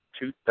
Two